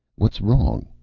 what's wrong?